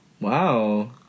Wow